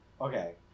Okay